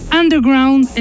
underground